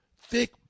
thick